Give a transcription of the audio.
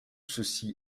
ceci